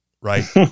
right